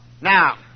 Now